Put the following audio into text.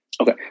Okay